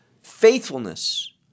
Faithfulness